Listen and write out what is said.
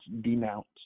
denounce